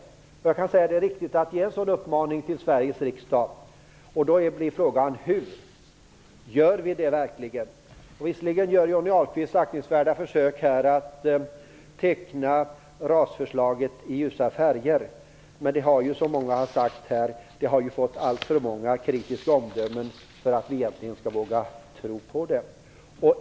Jag kan säga att det är riktigt att ge en sådan uppmaning till Sveriges riksdag. Men frågan blir då hur. Gör vi verkligen det? Visserligen gör Johnny Ahlqvist aktningsvärda försök att här teckna förslaget om RAS i ljusa färger. Men det har ju, som många har sagt här, fått alltför många kritiska omdömen för att vi egentligen skall våga tro på det.